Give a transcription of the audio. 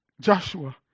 Joshua